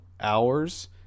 hours